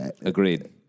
Agreed